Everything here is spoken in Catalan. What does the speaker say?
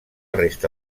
resta